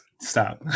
Stop